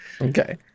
Okay